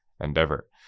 endeavor